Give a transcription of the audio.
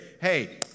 hey